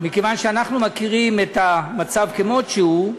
מכיוון שאנחנו מכירים את המצב כמות שהוא,